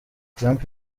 trump